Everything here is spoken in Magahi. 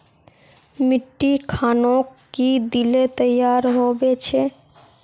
मिट्टी खानोक की दिले तैयार होबे छै?